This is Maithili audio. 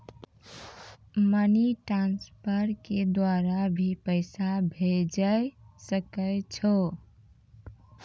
मनी ट्रांसफर के द्वारा भी पैसा भेजै सकै छौ?